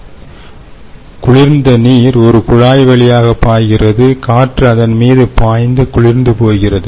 எனவே குளிர்ந்த நீர் ஒரு குழாய் வழியாக பாய்கிறது காற்று அதன் மீது பாய்ந்து குளிர்ந்து போகிறது